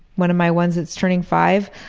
one of my ones that's turning five,